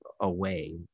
away